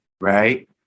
right